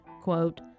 quote